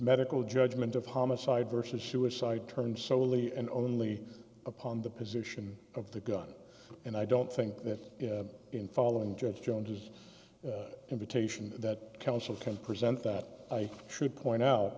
medical judgment of homicide versus suicide turned solely and only upon the position of the gun and i don't think that in following judge jones his invitation that counsel can present that i should point